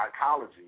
psychology